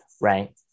right